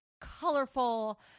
colorful